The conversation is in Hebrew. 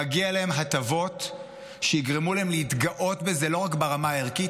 מגיעות להם הטבות שיגרמו להם להתגאות בזה לא רק ברמה הערכית